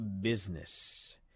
business